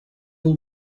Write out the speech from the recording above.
all